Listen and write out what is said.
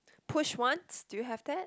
push once do you have that